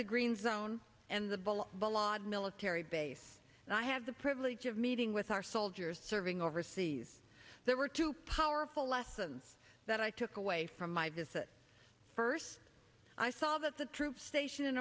the green zone and the ball ballade military base and i have the privilege of meeting with our soldiers serving overseas there were two powerful lessons that i took away from my visit first i saw that the troops stationed in